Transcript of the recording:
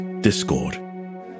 discord